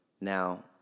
Now